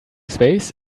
space